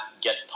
get